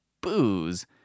booze